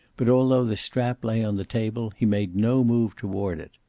but although the strap lay on the table he made no move toward it.